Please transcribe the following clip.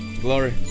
Glory